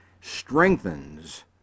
strengthens